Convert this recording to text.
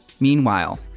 Meanwhile